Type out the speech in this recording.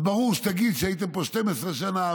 אז ברור שתגיד: הייתם פה 12 שנה,